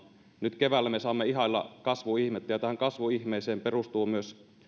nyt keväällä me saamme ihailla kasvun ihmettä ja tähän kasvun ihmeeseen perustuu myös